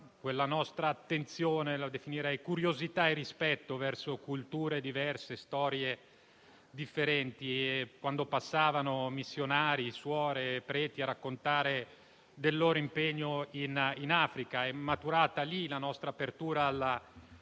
la nostra attenzione, la curiosità e il rispetto verso culture diverse e storie differenti, quando passavano missionari, suore e preti a raccontare del loro impegno in Africa. È maturata lì la nostra apertura al